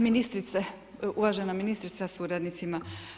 Ministrice, uvažena ministrice sa suradnicima.